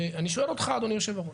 אני שואל אותך, אדוני היושב-ראש,